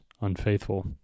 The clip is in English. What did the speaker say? unfaithful